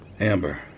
Amber